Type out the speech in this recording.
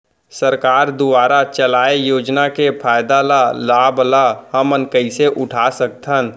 सरकार दुवारा चलाये योजना के फायदा ल लाभ ल हमन कइसे उठा सकथन?